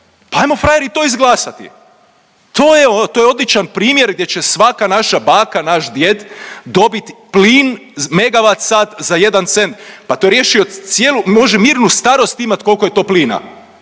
pa ajmo frajeri to izglasati, to je odličan primjer gdje će svaka naša baka, naš djed dobit plin megawat sat za jedan cent. Pa to je riješio može mirnu starost imat kolko je to plina.